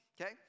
okay